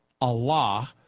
Allah